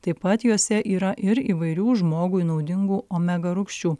taip pat juose yra ir įvairių žmogui naudingų omega rūgščių